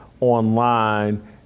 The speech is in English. online